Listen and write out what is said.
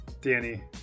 Danny